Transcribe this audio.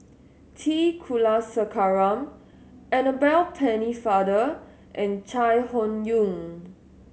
T Kulasekaram Annabel Pennefather and Chai Hon Yoong